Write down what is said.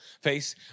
face